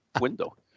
window